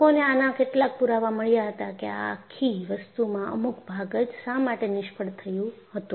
લોકોને આના કેટલાક પુરાવા મળ્યા હતા કે આ આખી વસ્તુમાં અમુક ભાગ જ શા માટે નિષ્ફળ થયું હતું